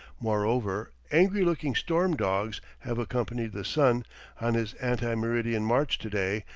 moreover, angry-looking storm-dogs have accompanied the sun on his ante-meridian march to-day,